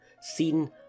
seen